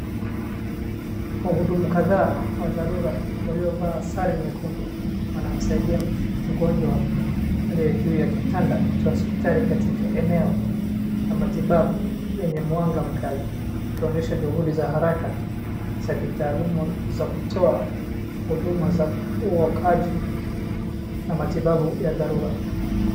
Wahudumu kadhaa wa tharura waliovaa sare nyekundu wanamsaidia mgonjwa aliye juu ya kitanda cha hosipitali katika eneo la matibabu lenye mwanga mkali wakionyesha juhudi za haraka za kitaaluma za kutoa huduma za uokoaji na matibabu ya tharura.